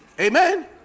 Amen